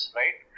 right